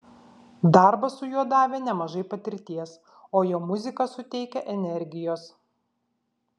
darbas su juo davė nemažai patirties o jo muzika suteikia energijos